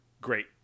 great